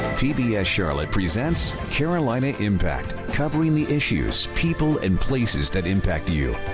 cbs charlotte presents carolina impact, covering the issues, people and places that impact you.